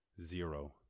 Zero